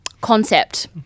Concept